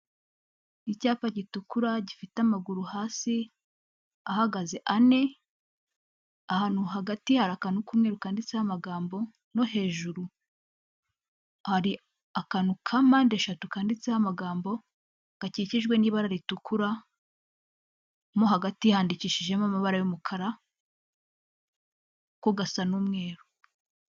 Icyapa gitukura gifite amaguru hasi ahagaze ane ahantu hagati hari akanu k'umwiru kanditseho amagambo no hejuru hari akantu kampande eshatu kanditseho amagambo gakikijwe n'ibara ritukura mo hagati handikishijemo amabara y'umukara ko gasa n'umweru.